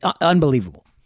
unbelievable